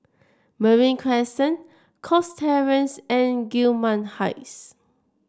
Marine Crescent Cox Terrace and Gillman Heights